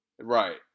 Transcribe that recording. Right